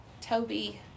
Toby